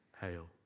hail